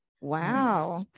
Wow